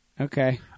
Okay